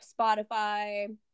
Spotify